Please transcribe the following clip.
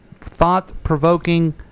Thought-provoking